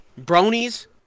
Bronies